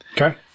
Okay